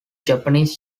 japanese